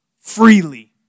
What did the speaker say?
freely